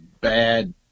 bad